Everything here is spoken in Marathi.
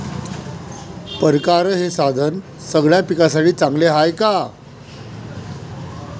परकारं हे साधन सगळ्या पिकासाठी चांगलं हाये का?